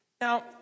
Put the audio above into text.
Now